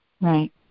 right